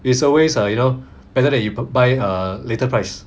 it's always you know better than you buy uh later price